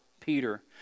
Peter